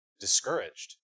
discouraged